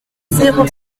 zéro